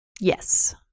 Yes